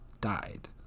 died